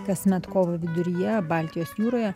kasmet kovo viduryje baltijos jūroje